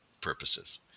purposes